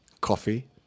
Coffee